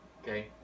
Okay